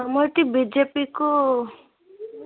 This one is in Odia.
ଆମର ଏଇଠି ବିଜେପିକୁ